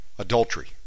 Adultery